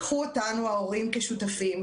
קחו אותנו ההורים כשותפים,